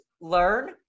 learn